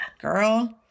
Girl